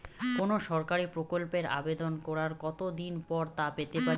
কোনো সরকারি প্রকল্পের আবেদন করার কত দিন পর তা পেতে পারি?